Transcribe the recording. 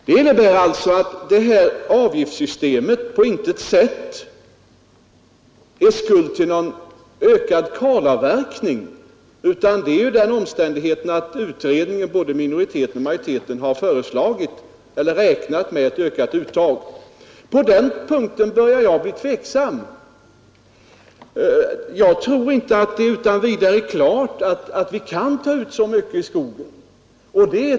Detta innebär alltså att det här avgiftssystemet på intet sätt är skuld till någon ökad kalavverkning utan hela utredningen har räknat med ett ökat skogsuttag. Jag tror inte att det utan vidare är klart att vi kan ta ut så mycket av skogen som utredningen räknat med.